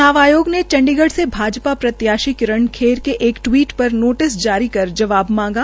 चुनाव आयोग ने चण्डीगढ से भाजपा प्रत्याशी किरण खेर के एक ट्वीट पर नोटिस जारी कर जवाब मांगा